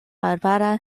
arbara